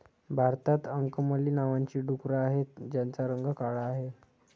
भारतात अंकमली नावाची डुकरं आहेत, त्यांचा रंग काळा आहे